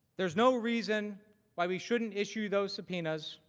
there is no reason why we shouldn't issue those subpoenas,